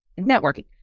networking